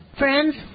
Friends